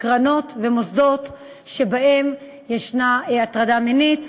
קרנות במוסדות שבהם יש הטרדה מינית.